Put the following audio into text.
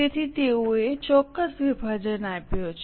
તેથી તેઓએ ચોક્કસ વિભાજન આપ્યો છે